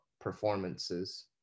performances